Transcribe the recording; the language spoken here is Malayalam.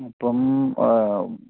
അപ്പം